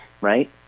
right